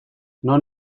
non